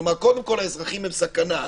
כלומר קודם כל האזרחים הם סכנה,